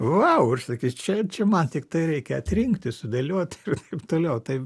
vau ir sakys čia čia man tiktai reikia atrinkti sudėlioti ir taip toliau tai